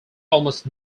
almost